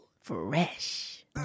Fresh